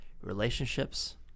relationships